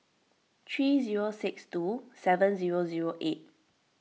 three zero six two seven zero zero eight